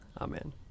Amen